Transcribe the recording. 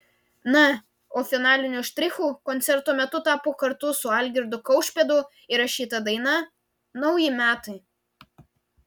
na o finaliniu štrichu koncerto metu tapo kartu su algirdu kaušpėdu įrašyta daina nauji metai